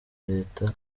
leta